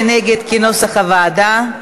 מי נגד, כנוסח הוועדה?